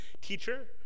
teacher